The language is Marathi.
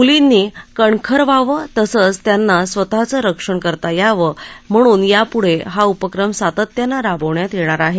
मुलींनी कणखर व्हावं तसंच त्यांना स्वतःचं रक्षण करता यावं म्हणून यापुढेही हा उपक्रम सातत्यानं राबवण्यात येणार आहे